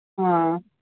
ꯑꯥ